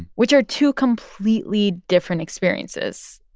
which are two completely different experiences.